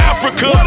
Africa